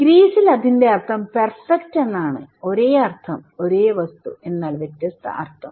ഗ്രീസിൽ അതിന്റെ അർഥം പെർഫെക്ട് എന്നാണ് ഒരേ അർഥം ഒരേ വസ്തു എന്നാൽ വ്യത്യസ്ത അർഥം